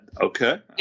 okay